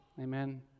Amen